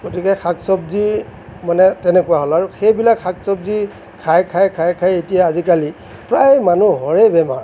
গতিকে শাক চবজি মানে তেনেকুৱা হ'ল আৰু সেইবিলাক শাক চবজি খাই খাই খাই খাই এতিয়া আজিকালি প্ৰায় মানুহৰে বেমাৰ